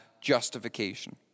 justification